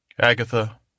Agatha